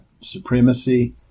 supremacy